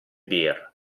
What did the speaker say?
beer